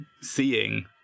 seeing